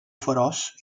feroç